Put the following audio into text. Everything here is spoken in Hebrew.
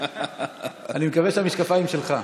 אני מקווה שהמשקפיים שלך.